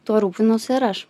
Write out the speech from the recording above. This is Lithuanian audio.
tuo rūpinuosi ir aš